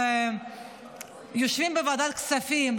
יושבים בוועדת כספים,